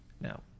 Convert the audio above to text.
Now